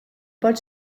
pot